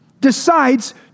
decides